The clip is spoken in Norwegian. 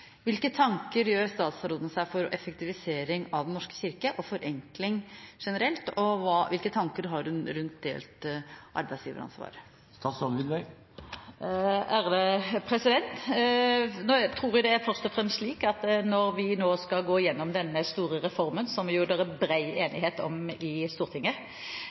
Hvilke tanker gjør statsråden seg med hensyn til effektivisering av Den norske kirke og forenkling generelt? Hvilke tanker har hun rundt delt arbeidsgiveransvar? Jeg tror det først og fremst er slik at når vi nå skal gå gjennom denne store reformen – om skille mellom stat og kirke – som det er bred enighet om i Stortinget,